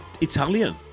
Italian